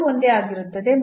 ಎರಡೂ ಒಂದೇ ಆಗಿರುತ್ತವೆ